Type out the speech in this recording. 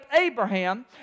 Abraham